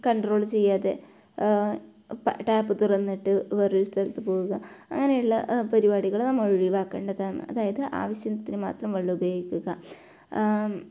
control ചെയ്യാതെ പ tap തുറന്നിട്ട് വേറെയൊരു സ്ഥലത്ത് പോവുക അങ്ങനെയുള്ള പരിപാടികൾ നമ്മൾ ഒഴിവാക്കേണ്ടതാണ് അതായത് ആവശ്യത്തിന് മാത്രം വെള്ളം ഉപയോഗിക്കുക